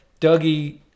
Dougie